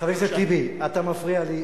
חבר הכנסת טיבי, אתה מפריע לי.